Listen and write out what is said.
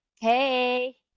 Hey